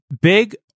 big